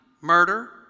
murder